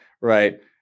right